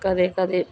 ਕਦੇ ਕਦੇ